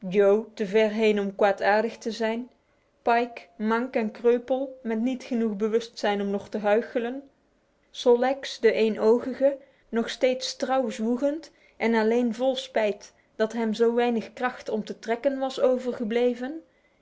om kwaadaardig te zijn pike mank en kreupel met niet genoeg bewustzijn om nog te huichelen sol leks de éénogige nog steeds trouw zwoegend en alleen vol spijt dat hem zo weinig kracht om te trekken was overgebleven